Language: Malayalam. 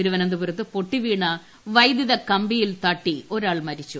തിരുവനന്തപുരത്ത് പൊട്ടിവീണ വൈദ്യുതകമ്പിയിൽ തട്ടി ഒരാൾ മരിച്ചു